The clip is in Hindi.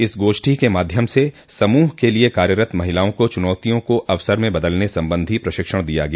इस गोष्ठी के माध्यम से समूह के लिये कार्यरत महिलाओं को चुनौतियों को अवसर में बदलने संबंधी प्रशिक्षण दिया गया